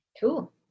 Cool